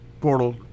portal